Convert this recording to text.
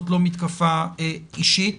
זו לא מתקפה אישית.